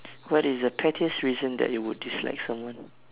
what is the pettiest reason that you would dislike someone